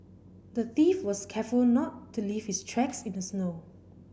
the thief was careful not to leave his tracks in the snow